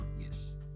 Yes